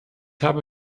habe